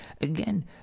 Again